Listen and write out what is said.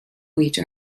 which